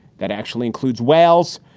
that actually includes wales.